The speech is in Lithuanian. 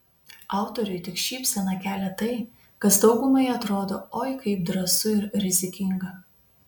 autoriui tik šypseną kelia tai kas daugumai atrodo oi kaip drąsu ir rizikinga